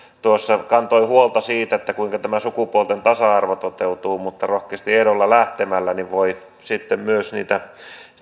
kantoi huolta siitä kuinka tämä sukupuolten tasa arvo toteutuu mutta rohkeasti ehdolle lähtemällä voi sitten myös